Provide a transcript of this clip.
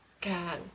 God